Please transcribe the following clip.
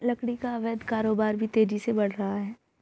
लकड़ी का अवैध कारोबार भी तेजी से बढ़ रहा है